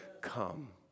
come